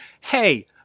hey